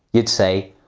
you'd say,